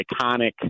iconic